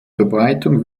verbreitung